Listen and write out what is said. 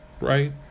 Right